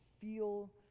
feel